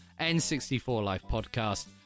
n64lifepodcast